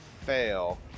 fail